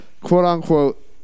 quote-unquote